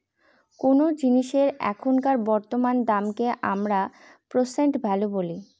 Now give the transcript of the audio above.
কোনো জিনিসের এখনকার বর্তমান দামকে আমরা প্রেসেন্ট ভ্যালু বলি